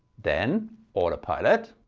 then autopilot.